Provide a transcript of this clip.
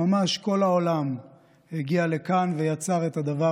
ממש כל העולם הגיע לכאן ויצר את הדבר